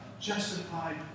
justified